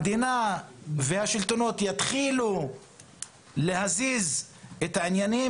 המדינה והשלטונות יתחילו להזיז את העניינים